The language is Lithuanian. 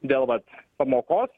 dėl vat pamokos